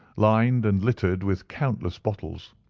lined and littered with countless bottles.